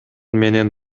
менен